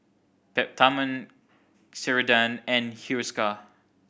Peptamen Ceradan and Hiruscar